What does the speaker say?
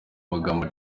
magambo